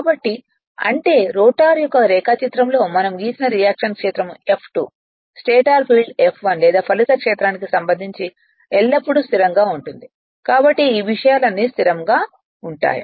కాబట్టి అంటే రోటర్ యొక్క రేఖాచిత్రంలో మనం గీసిన రియాక్షన్ క్షేత్రం F2 స్టేటర్ ఫీల్డ్ F 1 లేదా ఫలిత క్షేత్రానికి సంబంధించి ఎల్లప్పుడూ స్థిరంగా ఉంటుంది కాబట్టి ఈ విషయాలన్నీ స్థిరంగా ఉంటాయి